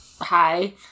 Hi